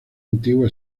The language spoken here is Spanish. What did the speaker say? antigua